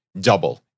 double